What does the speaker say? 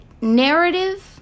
narrative